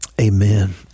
amen